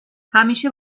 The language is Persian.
همیشه